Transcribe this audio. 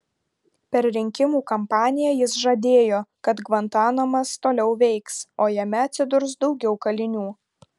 per rinkimų kampaniją jis žadėjo kad gvantanamas toliau veiks o jame atsidurs daugiau kalinių